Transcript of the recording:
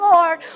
Lord